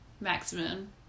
maximum